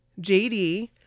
JD